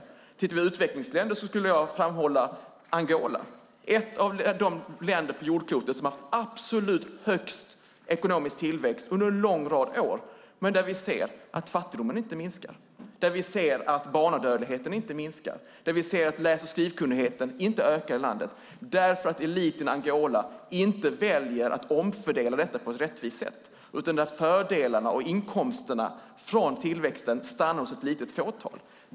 När det gäller utvecklingsländer skulle jag vilja framhålla Angola - ett av de länder på jordklotet som har haft den absolut högsta ekonomiska tillväxten under en lång rad år, men där vi samtidigt ser att fattigdomen inte minskar, där vi ser att barnadödligheten inte minskar och där vi ser att läs och skrivkunnigheten i landet inte ökar, detta eftersom eliten i Angola väljer att inte omfördela detta på ett rättvist sätt. Fördelarna och inkomsterna från tillväxten stannar i stället hos ett litet fåtal.